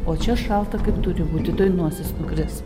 o čia šalta kaip turi būti tuoj nosis nukris